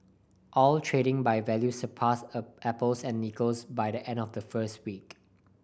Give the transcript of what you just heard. oil trading by value surpassed apples and nickels by the end of the first week